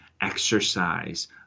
exercise